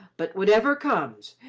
but whatever comes,